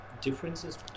differences